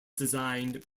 designed